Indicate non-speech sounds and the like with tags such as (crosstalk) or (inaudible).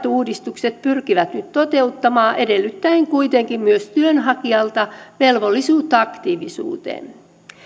(unintelligible) uudistukset pyrkivät nyt toteuttamaan edellyttäen kuitenkin myös työnhakijalta velvollisuutta aktiivisuuteen